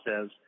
says